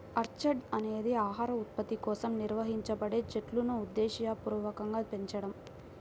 orchard అనేది ఆహార ఉత్పత్తి కోసం నిర్వహించబడే చెట్లును ఉద్దేశపూర్వకంగా పెంచడం